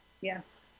yes